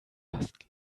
fast